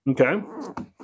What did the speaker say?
Okay